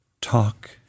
Talk